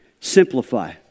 Simplify